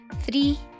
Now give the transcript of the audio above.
Three